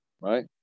right